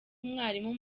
umwarimu